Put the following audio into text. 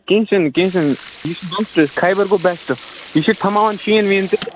کیٚنٛہہ چھُنہٕ کیٚنٛہہ چھُنہٕ یہِ چھُ بیٚسٹہٕ حظ خیبَر گوٚو بیٚسٹہٕ یہِ چھِ تھَماوان شیٖن ویٖن تہٕ